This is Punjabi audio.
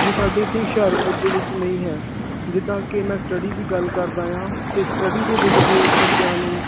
ਜੋ ਸਾਡੇ ਇੱਥੇ ਹੁਸ਼ਿਆਰਪੁਰ ਦੇ ਵਿੱਚ ਨਹੀਂ ਹੈ ਜਿੱਦਾਂ ਕਿ ਮੈਂ ਸਟਡੀ ਦੀ ਗੱਲ ਕਰਦਾ ਹਾਂ ਅਤੇ ਸਟਡੀ ਦੇ ਵਿੱਚ ਬੱਚਿਆਂ ਨੂੰ